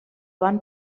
van